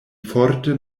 forte